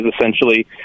essentially –